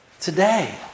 Today